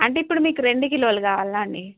అంటే ఇప్పుడు మీకు రెండు కిలోలు కావాలా అండి